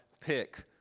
pick